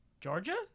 Georgia